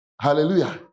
Hallelujah